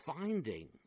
finding